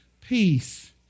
peace